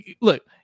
look